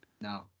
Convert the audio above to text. No